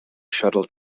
shuttle